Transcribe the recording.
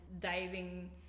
diving